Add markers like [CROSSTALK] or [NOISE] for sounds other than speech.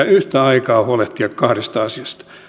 [UNINTELLIGIBLE] yhtä aikaa huolehtia kahdesta asiasta